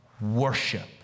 worship